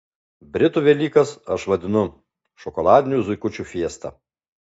britų velykas aš vadinu šokoladinių zuikučių fiesta